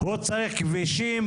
הוא צריך כבישים,